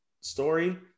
story